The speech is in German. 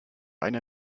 eine